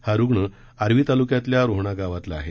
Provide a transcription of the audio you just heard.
हा रुग्ण आर्वी तालुक्यातल्या रोहणा गावातला आहे